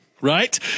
Right